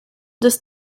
das